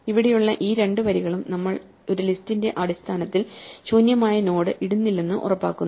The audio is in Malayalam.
ഇവിടെയുള്ള ഈ 2 വരികളും നമ്മൾ ഒരു ലിസ്റ്റിന്റെ അവസാനത്തിൽ ശൂന്യമായ നോഡ് ഇടുന്നില്ലെന്ന് ഉറപ്പാക്കുന്നു